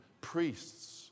priests